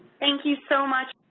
thank you so much.